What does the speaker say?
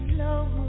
low